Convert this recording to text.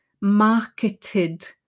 marketed